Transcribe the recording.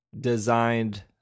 designed